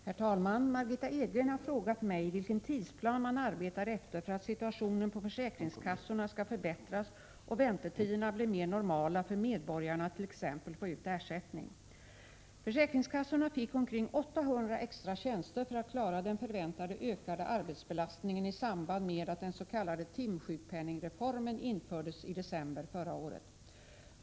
Herr talman! Margitta Edgren har frågat mig vilken tidsplan man arbetar efter för att situationen på försäkringskassorna skall förbättras och väntetiderna bli mera normala för medborgarna då det gäller att t.ex. få ut ersättning. Försäkringskassorna fick omkring 800 extra tjänster för att klara den förväntade ökade arbetsbelastningen i samband med att den s.k. timsjukpenningreformen infördes i december förra året.